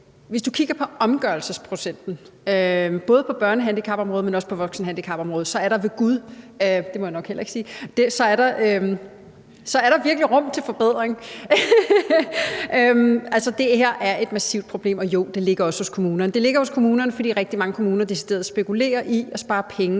Hvis du kigger på omgørelsesprocenten, både på børnehandicapområdet, men også på voksenhandicapområdet, så er der ved gud – det må jeg nok heller ikke sige – virkelig rum for forbedring. Altså, det her er et massivt problem, og jo, det ligger også hos kommunerne. Det ligger hos kommunerne, fordi rigtig mange kommuner decideret spekulerer i at spare penge